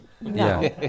No